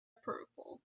purple